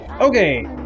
Okay